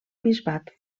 bisbat